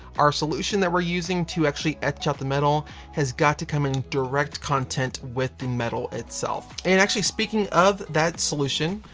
our solution that we're using to actually etch out the metal has got to come in direct content with the metal itself. and actually speaking of that solution,